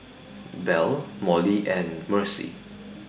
Belle Molly and Mercy